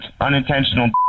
unintentional